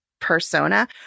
persona